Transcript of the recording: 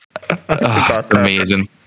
Amazing